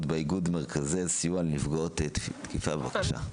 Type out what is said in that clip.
באיגוד מרכז סיוע לנפגעות תקיפה בבקשה.